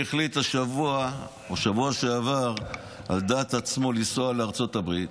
השבוע או בשבוע שעבר הוא החליט על דעת עצמו לנסוע לארצות הברית.